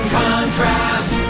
contrast